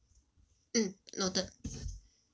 mm noted